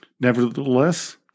Nevertheless